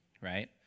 right